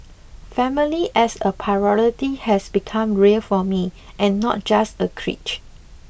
family as a priority has become real for me and not just a cliche